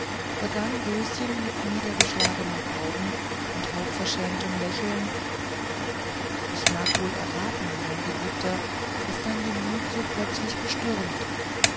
begann röschen mit niedergeschlagenen augen und halb verschämtem lächeln ich mag wohl erraten mein geliebter was dein gemüt so plötzlich bestürmt